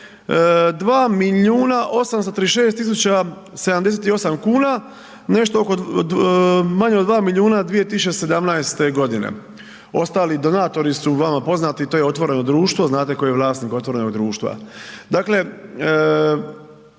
2 milijuna 836 tisuća 78 kuna, nešto oko, manje od 2 milijuna 2017. godine. Ostali donatori su vama poznati, to je otvoreno društvo a znate tko je vlasnik otvorenog društva.